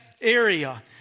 area